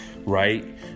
Right